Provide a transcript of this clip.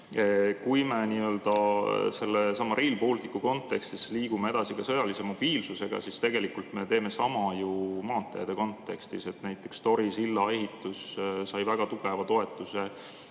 Kui me sellesama Rail Balticu kontekstis liigume edasi ka sõjalist mobiilsust arvestades, siis tegelikult me teeme sama ju maanteede kontekstis. Näiteks Tori silla ehitus sai väga tugeva toetuse